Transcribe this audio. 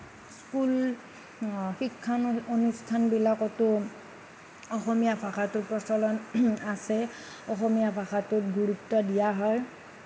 school শিক্ষা নু অনুষ্ঠানবিলাকতো অসমীয়া ভাষাটোৰ প্ৰচলন আছে অসমীয়া ভাষাটোক গুৰুত্ব দিয়া হয়